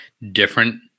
different